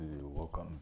welcome